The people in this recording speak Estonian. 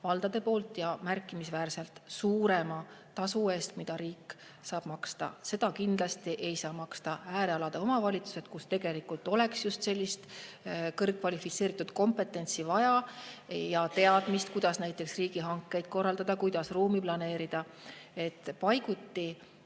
valdade poolt ja märkimisväärselt suurema tasu eest, kui riik saab maksta. Kindlasti ei saa sellist tasu maksta äärealade omavalitsused, kus aga tegelikult oleks just vaja sellist kõrgkvalifitseeritud kompetentsi ja teadmist, kuidas näiteks riigihankeid korraldada või kuidas ruumi planeerida. Paiguti